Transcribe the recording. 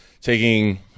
Taking